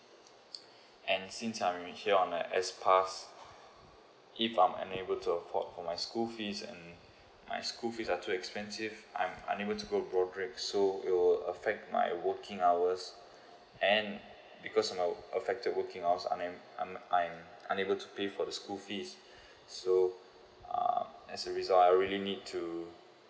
and since I'm here on my S pass if I'm unable to afford for my school fees and my school fees are too expensive I'm unable to go broadrick so it will affect my working hours and because of my affected working hours un~ I'm I'm unable to pay for the school fees so uh as a result I really need to